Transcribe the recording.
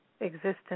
existence